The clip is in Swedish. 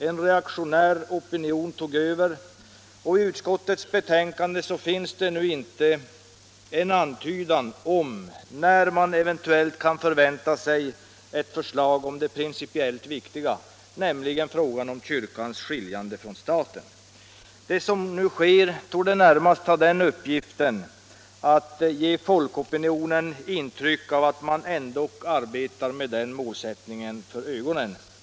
En reaktionär opinion tog över, och i utskottets betänkande finns inte en antydan om när man eventuellt kan förvänta sig ett förslag om det principiellt viktiga, nämligen kyrkans skiljande från staten. Det som nu sker torde närmast ha den uppgiften att ge folkopinionen intryck av att man ändock arbetar med den målsättningen för ögonen.